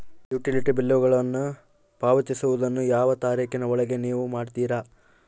Utility ಬಿಲ್ಲುಗಳನ್ನು ಪಾವತಿಸುವದನ್ನು ಯಾವ ತಾರೇಖಿನ ಒಳಗೆ ನೇವು ಮಾಡುತ್ತೇರಾ?